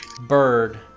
bird